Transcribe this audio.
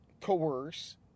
coerce